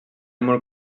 molt